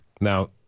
Now